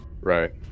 Right